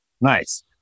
Nice